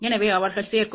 எனவே அவர்கள் சேர்க்கும்